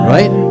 Right